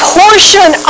portion